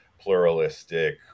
pluralistic